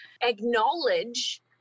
acknowledge